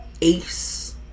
ace